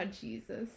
jesus